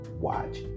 watch